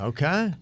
Okay